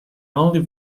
only